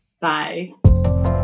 Bye